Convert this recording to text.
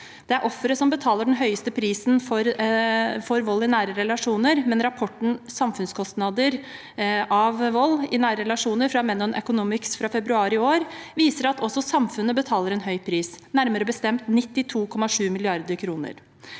Det er offeret som betaler den høyeste prisen for vold i nære relasjoner, men rapporten Samfunnskostnader av vold i nære relasjoner fra Menon Economics, fra februar i år, viser at også samfunnet betaler en høy pris, nærmere bestemt 92,7 mrd. kr.